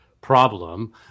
problem